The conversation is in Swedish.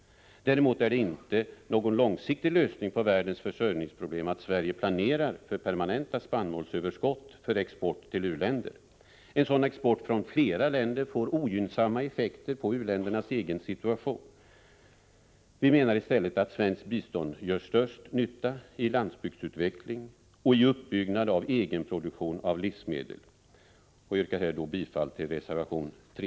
Däremot är det inte någon långsiktig lösning på världens försörjningsproblem att Sverige planerar för permanenta spannmålsöverskott och för export till u-länderna. En sådan export från flera länder får ogynnsamma effekter på u-ländernas egen situation. Vi menar i stället att svenskt bistånd gör störst nytta i landsbygdsutveckling och uppbyggnad av egen produktion av livsmedel. Jag yrkar bifall till reservation 3.